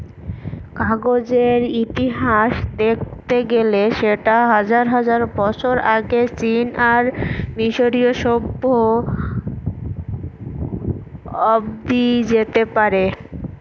কাগজের ইতিহাস দেখতে গেলে সেটা হাজার হাজার বছর আগে চীন আর মিসরীয় সভ্য অব্দি যেতে হবে